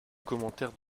commentaire